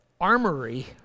armory